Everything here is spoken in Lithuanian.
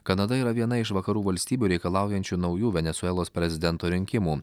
kanada yra viena iš vakarų valstybių reikalaujančių naujų venesuelos prezidento rinkimų